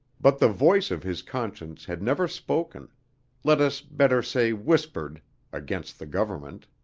but the voice of his conscience had never spoken let us better say whispered against the government.